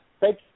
thank